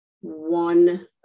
one